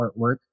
artwork